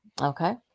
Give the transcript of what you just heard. Okay